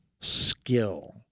skill